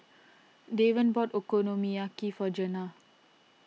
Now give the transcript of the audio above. Devan bought Okonomiyaki for Gena